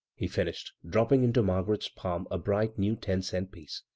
he finished, dropping into margaret's palm a bright new ten-cent piece.